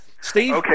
Steve